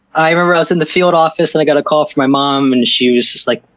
i remember i was in the field office and i got a call from my mom, and she was just like,